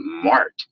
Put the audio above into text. smart